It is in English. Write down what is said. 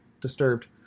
disturbed